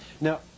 Now